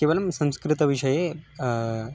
केवलं संस्कृतविषये